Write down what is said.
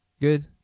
Good